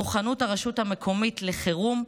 מוכנות הרשות המקומית לחירום,